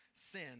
Sin